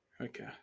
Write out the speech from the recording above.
Okay